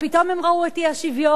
ופתאום הם ראו את אי-השוויון,